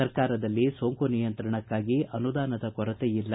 ಸರ್ಕಾರದಲ್ಲಿ ಸೋಂಕು ನಿಯಂತ್ರಣಕ್ನಾಗಿ ಅನುದಾನದ ಕೊರತೆಯಿಲ್ಲ